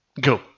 Go